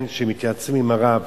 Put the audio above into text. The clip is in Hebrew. מתייעצים עם הרב,